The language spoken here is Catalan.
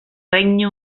regne